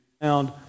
found